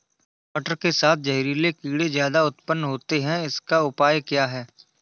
मटर के साथ जहरीले कीड़े ज्यादा उत्पन्न होते हैं इनका उपाय क्या है?